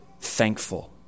thankful